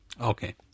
Okay